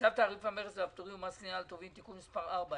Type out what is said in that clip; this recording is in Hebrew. צו תעריף המכס והפטורים ומס קנייה על טובין (תיקון מס' 4),